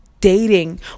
dating